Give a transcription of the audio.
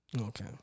Okay